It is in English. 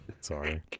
Sorry